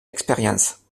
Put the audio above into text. expérience